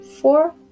four